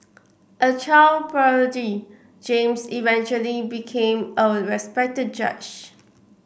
a child prodigy James eventually became a respected judge